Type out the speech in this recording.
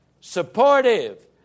supportive